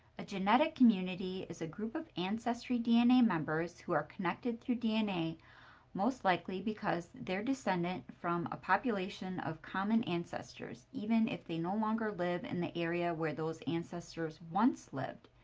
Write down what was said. a genetic community is a group of ancestry dna members who are connected through dna most likely because they're descendant from a population of common ancestors, even if they no longer live in the area where those ancestors once lived.